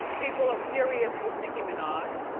people are furious with nick minaj.